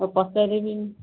ହଉ ପଚାରିବି